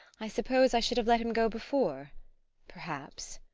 i suppose i should have let him go before perhaps.